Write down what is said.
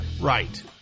Right